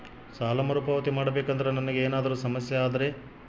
ಸಾಲ ಮರುಪಾವತಿ ಮಾಡಬೇಕಂದ್ರ ನನಗೆ ಏನಾದರೂ ಸಮಸ್ಯೆ ಆದರೆ?